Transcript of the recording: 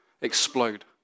explode